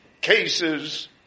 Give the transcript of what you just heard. cases